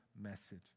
message